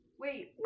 Wait